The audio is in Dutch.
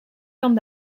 van